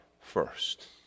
first